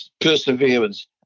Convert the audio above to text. perseverance